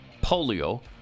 polio